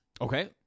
Okay